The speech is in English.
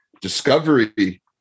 discovery